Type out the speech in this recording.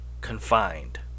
confined